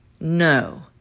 no